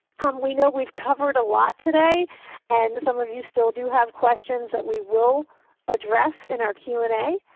we know we've covered a lot today and some of you still do have questions that we will address in our q and a.